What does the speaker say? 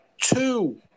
Two